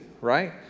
right